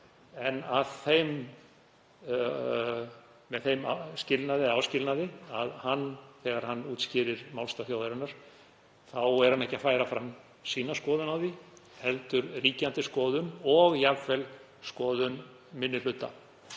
er það með þeim áskilnaði að þegar hann útskýrir málstað þjóðarinnar er hann ekki að færa fram sínar skoðanir á því heldur ríkjandi skoðun og jafnvel skoðun minni hluta.